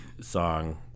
Song